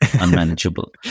unmanageable